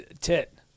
tit